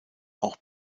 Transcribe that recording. auch